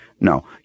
No